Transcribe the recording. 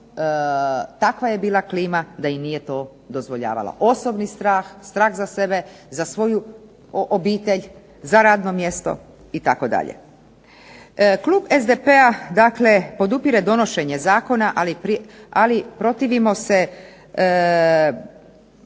takva je bila klima da i nije to dozvoljava. Osobni strah, strah za sebe, za svoju obitelj, za radno mjesto itd. Klub SDP-a podupire donošenje zakona, ali protivimo se